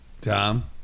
Tom